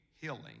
healing